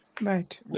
Right